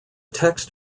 text